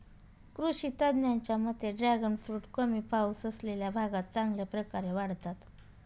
कृषी तज्ज्ञांच्या मते ड्रॅगन फ्रूट कमी पाऊस असलेल्या भागात चांगल्या प्रकारे वाढतात